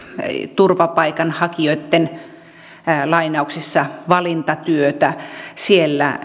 turvapaikanhakijoitten valintatyötä siellä